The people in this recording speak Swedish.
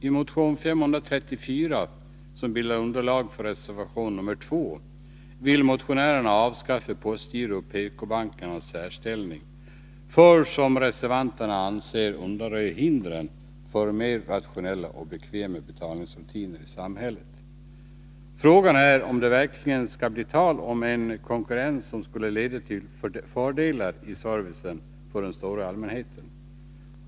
I motion 534, som bildar underlag för reservation 2, vill motionärerna avskaffa postgirot och PK-bankens särställning för att undanröja hindren för mera rationella och bekväma betalningsrutiner i samhället. Frågan är om det verkligen skulle bli tal om en konkurrens som ledde till fördelar i fråga om service för den stora allmänheten.